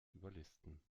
überlisten